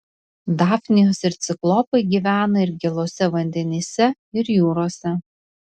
dafnijos ir ciklopai gyvena ir gėluose vandenyse ir jūrose